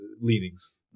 leanings